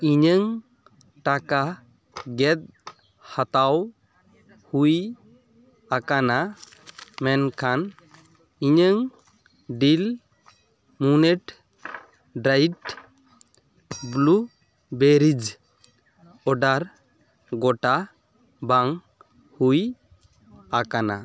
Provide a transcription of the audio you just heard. ᱤᱧᱟᱹᱜ ᱴᱟᱠᱟ ᱜᱮᱫ ᱦᱟᱛᱟᱣ ᱦᱩᱭ ᱟᱠᱟᱱᱟ ᱢᱮᱱᱠᱷᱟᱱ ᱤᱧᱟᱹᱜ Del Monte dried blueberries order ᱜᱚᱴᱟ ᱵᱟᱝ ᱦᱩᱭ ᱟᱠᱟᱱᱟ